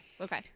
okay